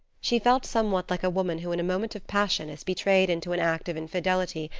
she felt somewhat like a woman who in a moment of passion is betrayed into an act of infidelity,